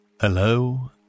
Hello